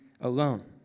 alone